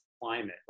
climate